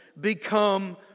become